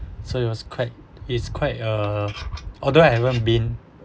so it was quite it's quite uh although I haven't been